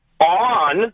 on